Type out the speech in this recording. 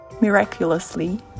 Miraculously